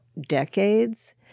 decades